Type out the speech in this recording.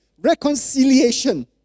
reconciliation